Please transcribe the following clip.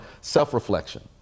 self-reflection